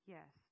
Yes